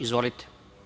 Izvolite.